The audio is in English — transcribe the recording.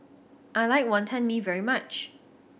I like Wonton Mee very much